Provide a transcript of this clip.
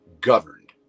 governed